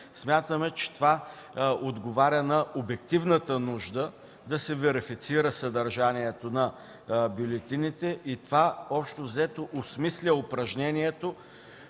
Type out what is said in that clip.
Смятаме, че това отговаря на обективната нужда да се верифицира съдържанието на бюлетините и това, общо взето, осмисля упражнението